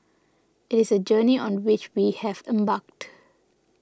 it is a journey on which we have embarked